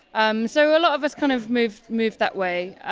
um so a lot of us kind of moved moved that way.